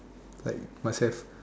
like must have